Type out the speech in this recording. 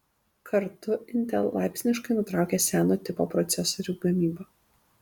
kartu intel laipsniškai nutraukia seno tipo procesorių gamybą